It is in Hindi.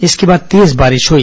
इसके बाद तेज बारिश हई